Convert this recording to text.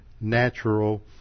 natural